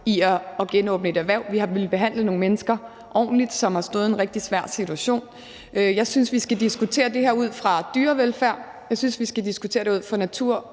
i at genåbne et erhverv. Vi har villet behandle nogle mennesker, som har stået i en rigtig svær situation, ordentligt. Jeg synes, vi skal diskutere det her ud fra dyrevelfærd, jeg synes, vi skal diskutere det ud fra natur